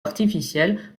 artificielle